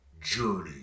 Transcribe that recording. Journey